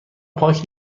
پاک